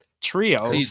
trio